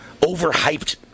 overhyped